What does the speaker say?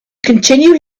continue